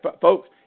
Folks